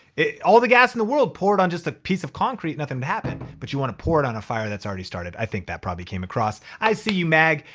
all the gas in the world, poured on just a piece of concrete nothing would happen, but you wanna pour it on a fire that's already started. i think that probably came across. i see you mag,